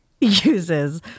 uses